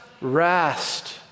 rest